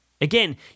Again